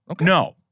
No